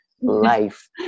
life